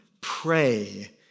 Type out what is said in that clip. pray